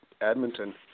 Edmonton